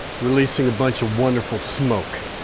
releasing a bunch of wonderful smoke.